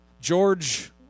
George